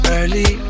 Early